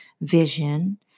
vision